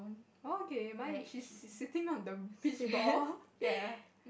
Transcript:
okay mine she's sitting on the beach ball ya